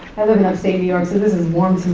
i live in upstate new york, so this is warm to